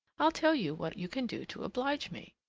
i'll tell you what you can do to oblige me.